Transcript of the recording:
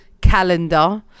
calendar